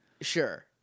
Sure